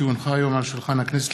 כי הונחו היום על שולחן הכנסת,